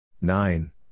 nine